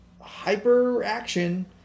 hyper-action